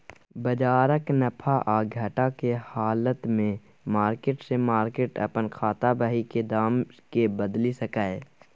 बजारक नफा आ घटा के हालत में मार्केट से मार्केट अपन खाता बही के दाम के बदलि सकैए